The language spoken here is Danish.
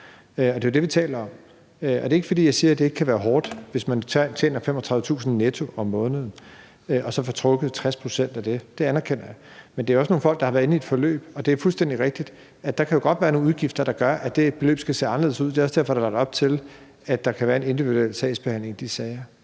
det er jo det, vi taler om. Det er ikke, fordi jeg siger, at det ikke kan være hårdt, hvis man tjener 35.000 kr. netto om måneden og så får trukket 60 pct. af det. Det anerkender jeg. Men det er også nogle folk, der har været inde i et forløb, og det er fuldstændig rigtigt, at der jo godt kan være nogle udgifter, der gør, at det beløb skal se anderledes ud. Det er også derfor, at der er lagt op til, at der kan være en individuel sagsbehandling i de sager.